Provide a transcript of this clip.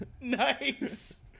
Nice